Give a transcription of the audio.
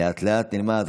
לאט-לאט נלמד.